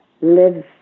live